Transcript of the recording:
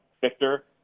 Victor